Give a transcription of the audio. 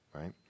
right